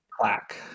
plaque